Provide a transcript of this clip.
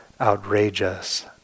outrageous